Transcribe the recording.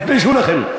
תתביישו לכם.